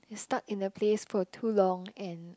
he stuck in a place for too long and